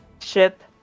Ship